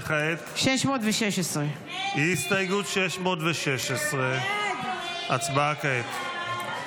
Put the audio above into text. וכעת הסתייגות 616. הצבעה כעת.